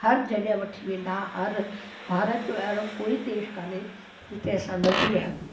हर जॻह वठी वेंदा हुआ हर भारत जो अहिड़ो कोई देश कोन्हे जिते असां न घुमिया हुजूं